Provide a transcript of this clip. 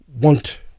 want